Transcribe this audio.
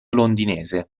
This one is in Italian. londinese